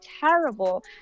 terrible